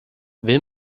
will